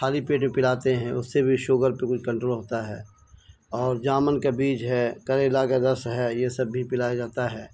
خالی پیٹ میں پلاتے ہیں اس سے بھی شوگر پہ کچھ کنٹرول ہوتا ہے اور جامن کا بیج ہے کریلا کا رس ہے یہ سب بھی پلایا جاتا ہے